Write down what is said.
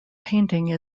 painting